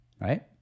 right